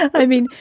i mean,